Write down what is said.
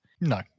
No